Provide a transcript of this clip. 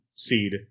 seed